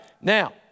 Now